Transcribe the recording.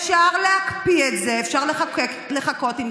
אפשר להקפיא את זה, אפשר לחכות עם זה.